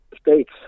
States